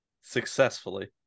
successfully